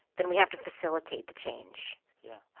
then we have to facilitate the change yeah.